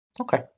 Okay